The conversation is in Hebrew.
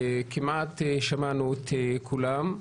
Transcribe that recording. כמעט שמענו את כולם.